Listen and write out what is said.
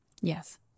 Yes